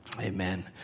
Amen